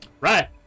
Right